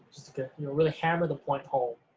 just to get you know, really hammer the point home.